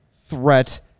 threat